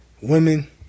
Women